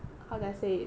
what did say like